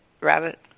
Rabbit